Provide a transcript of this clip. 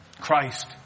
Christ